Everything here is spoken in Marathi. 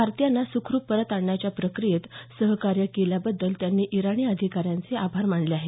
भारतीयांना सुखरुप परत आणण्याच्या प्रक्रियेत सहकार्य केल्याबद्दल त्यांनी इराणी अधिकाऱ्यांचे आभार मानले आहेत